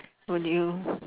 on you